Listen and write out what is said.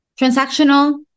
Transactional